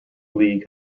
league